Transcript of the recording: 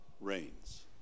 reigns